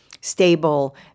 stable